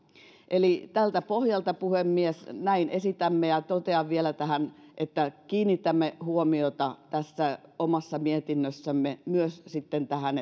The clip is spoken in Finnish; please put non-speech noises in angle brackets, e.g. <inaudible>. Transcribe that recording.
eli tältä pohjalta puhemies näin esitämme totean vielä tähän että kiinnitämme huomiota tässä omassa mietinnössämme myös sitten tähän <unintelligible>